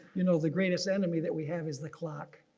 you know, the greatest enemy that we have is the clock.